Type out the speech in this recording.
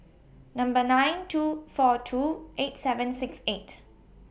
Number nine two four two eight seven six eight